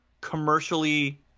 commercially